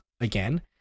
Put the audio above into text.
again